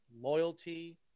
loyalty